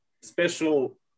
special